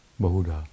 Bahuda